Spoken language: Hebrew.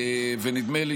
ונדמה לי